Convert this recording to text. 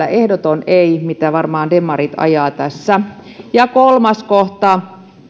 ja ehdoton ei kokonaiskoulupäivälle mitä varmaan demarit ajavat tässä kolmas kohta